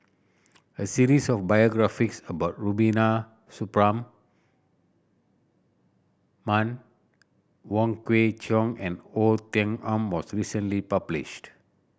a series of biographies about Rubiah Man Wong Kwei Cheong and Oei Tiong Ham was recently published